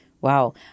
Wow